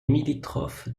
limitrophe